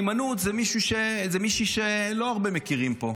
היימנוט זאת מישהי שלא הרבה מכירים פה,